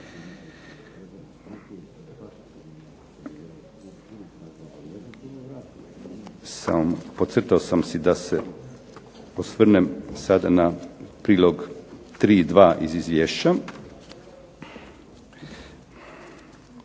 podcrtao sam si da se osvrnem sada na prilog 3.2 iz izvješća.